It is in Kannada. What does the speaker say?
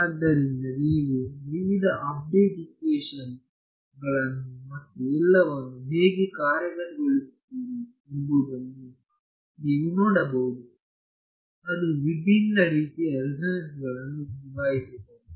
ಆದ್ದರಿಂದ ನೀವು ವಿವಿಧ ಅಪ್ಡೇಟ್ ಇಕ್ವೇಶನ್ ಗಳನ್ನು ಮತ್ತು ಎಲ್ಲವನ್ನೂ ಹೇಗೆ ಕಾರ್ಯಗತಗೊಳಿಸಿದ್ದೀರಿ ಎಂಬುದನ್ನು ನೀವು ನೋಡಬಹುದು ಮತ್ತು ಅದು ವಿಭಿನ್ನ ರೀತಿಯ ರೆಸೋನೆನ್ಸ್ ಗಳನ್ನು ನಿಭಾಯಿಸುತ್ತದೆ